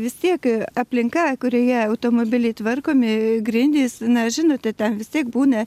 vis tiek aplinka kurioje automobiliai tvarkomi grindys na žinote ten vis tiek būna